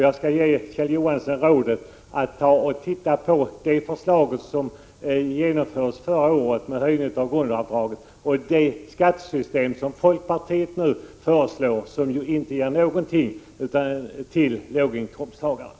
Jag skall ge Kjell Johansson rådet att titta på den höjning av grundavdraget som genomfördes förra året och det skattesystem som folkpartiet nu föreslår, som ju inte ger någonting åt låginkomsttagarna.